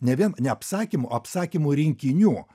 ne vien ne apsakymų o apsakymų rinkinių